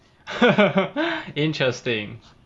interesting